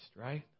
Right